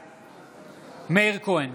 בעד מאיר כהן,